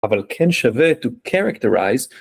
אבל כן שווה to characterize.